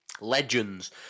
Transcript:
Legends